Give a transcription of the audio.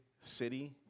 city